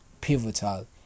pivotal